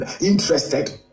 interested